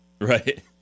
right